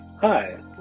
Hi